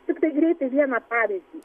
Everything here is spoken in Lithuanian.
tiktai greitai vieną pavyzdį